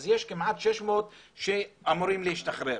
אז יש כמעט 600 שאמורים להשתחרר.